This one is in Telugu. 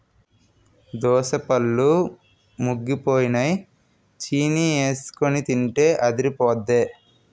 దోసపళ్ళు ముగ్గిపోయినై చీనీఎసికొని తింటే అదిరిపొద్దే